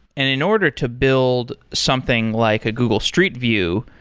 and in order to build something, like a google street view,